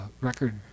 record